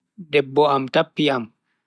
Debbo am tappi am